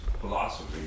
philosophy